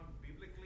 biblically